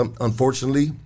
unfortunately